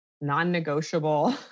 non-negotiable